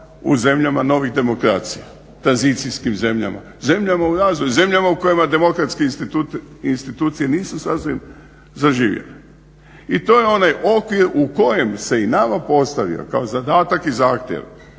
u zemljama novih demokracija, tranzicijskim zemljama, zemljama u razvoju, zemljama u kojima demokratske institucije nisu sasvim zaživjele. I to je onaj okvir koji se i nama postavio kao zadatak i zahtjev